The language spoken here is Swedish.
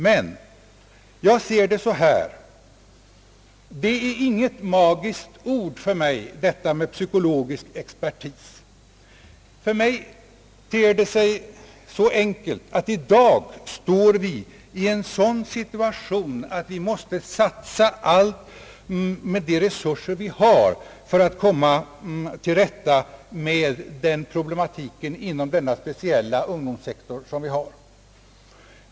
För mig är dock detta med psykiatrisk expertis inget magiskt ord. För mig ter det sig helt enkelt så att vi i dag står i en sådan situation, att vi måste satsa allt, med de resurser vi har, för att komma till rätta med problematiken inom denna speciella ungdomssektor.